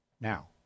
Now